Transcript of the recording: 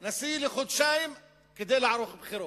להיות נשיא לחודשיים כדי לערוך בחירות.